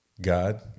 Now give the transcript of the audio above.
God